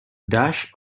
dash